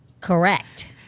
Correct